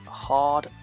hard